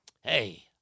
Hey